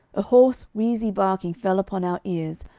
a hoarse, wheezy barking fell upon our ears,